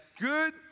good